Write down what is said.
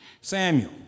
Samuel